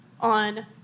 on